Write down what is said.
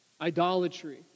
idolatry